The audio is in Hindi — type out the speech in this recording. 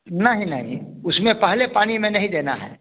नहीं नहीं उसमें पहले पानी में नहीं देना है